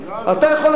אתה יכול,